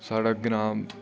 साढ़ा ग्रांऽ